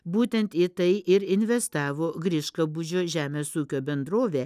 būtent į tai ir investavo griškabūdžio žemės ūkio bendrovė